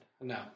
No